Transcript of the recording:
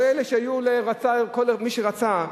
מי שרצה,